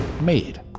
Made